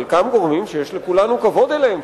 חלקם גורמים שיש לכולנו כבוד אליהם,